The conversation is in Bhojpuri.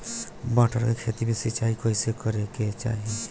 मटर के खेती मे सिचाई कइसे करे के चाही?